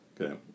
Okay